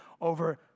over